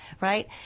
right